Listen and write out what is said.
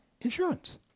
insurance